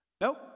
Nope